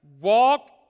walk